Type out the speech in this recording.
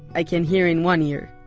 i can hear in one ear.